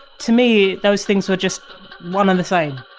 to me those things were just one and the same